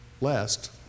lest